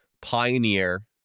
Pioneer